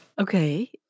Okay